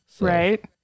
right